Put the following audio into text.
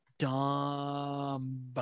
Dumb